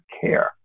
care